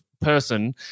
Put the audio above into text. person